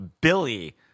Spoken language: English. Billy